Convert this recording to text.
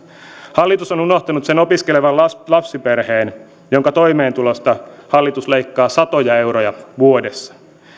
hallitus on unohtanut sen opiskelevan lapsiperheen jonka toimeentulosta hallitus leikkaa satoja euroja vuodessa